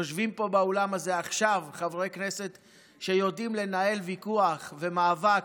יושבים פה באולם הזה עכשיו חברי כנסת שיודעים לנהל ויכוח ומאבק,